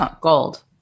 gold